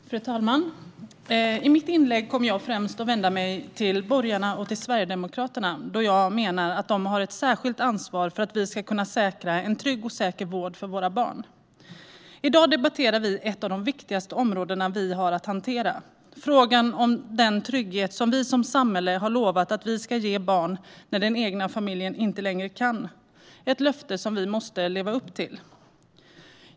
Fru talman! I mitt inlägg kommer jag främst att vända mig till borgarna och till Sverigedemokraterna, då jag menar att de har ett särskilt ansvar för att vi ska kunna säkra trygg och säker vård för våra barn. I dag debatterar vi ett av de viktigaste områden vi har att hantera: frågan om den trygghet som vi som samhälle har lovat att vi ska ge barn när den egna familjen inte längre kan. Det är ett löfte som vi måste leva upp till.